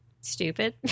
stupid